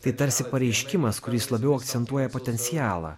tai tarsi pareiškimas kuris labiau akcentuoja potencialą